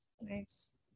nice